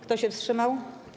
Kto się wstrzymał?